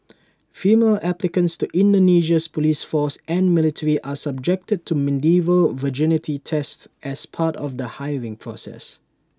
female applicants to Indonesia's Police force and military are subjected to medieval virginity tests as part of the hiring process